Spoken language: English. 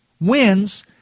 wins